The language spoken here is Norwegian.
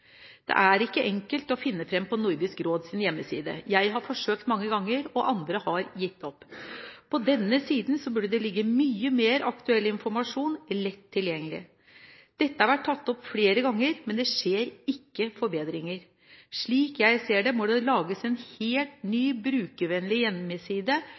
Det er ikke enkelt å finne fram på Nordisk råds hjemmeside. Jeg har forsøkt mange ganger, og andre har gitt opp. På denne siden burde det ligge mye mer aktuell informasjon lett tilgjengelig. Dette har vært tatt opp flere ganger, men det skjer ikke forbedringer. Slik jeg ser det, må det lages en helt